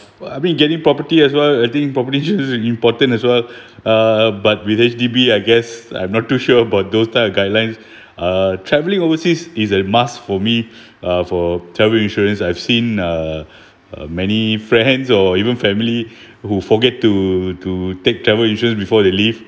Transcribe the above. but I mean getting property as well I think property insurance is important as well uh but with H_D_B I guess I'm not too sure about those type of guidelines uh travelling overseas is a must for me uh for travel insurance I've seen uh many friends or even family who forget to to take travel insurance before they leave